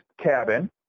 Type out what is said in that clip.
cabin